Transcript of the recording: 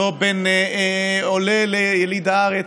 לא בין עולה ליליד הארץ.